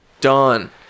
done